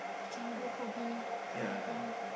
can go for beehiving